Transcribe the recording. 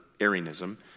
Arianism